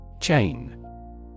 Chain